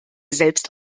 selbst